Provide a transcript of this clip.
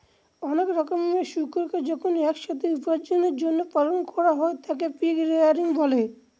অনেক রকমের শুকুরকে যখন এক সাথে উপার্জনের জন্য পালন করা হয় তাকে পিগ রেয়ারিং বলে